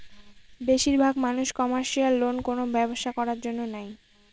বেশির ভাগ মানুষ কমার্শিয়াল লোন কোনো ব্যবসা করার জন্য নেয়